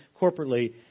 corporately